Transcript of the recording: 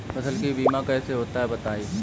फसल बीमा कैसे होता है बताएँ?